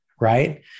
right